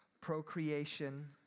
procreation